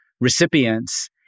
recipients